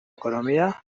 ekonomia